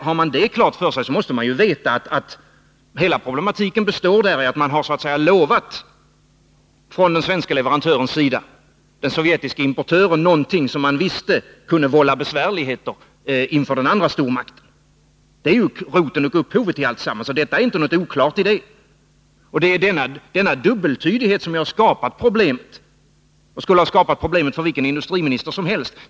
Har man det klart för sig, måste man ju veta att hela problematiken består däri att den svenska leverantören har lovat den sovjetiska importören någonting som man visste kunde vålla besvärligheter inför den andra stormakten. Det är roten och upphovet till alltsammans, och det finns inget oklart i detta. Det är denna dubbeltydighet som har skapat problemet och som skulle ha skapat problem för vilken industriminister som helst.